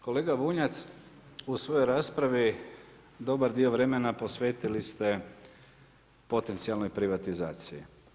Kolega Bunjac, u svojoj raspravi dobar dio vremena posvetili ste potencijalnoj privatizaciji.